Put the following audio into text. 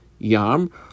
Yarm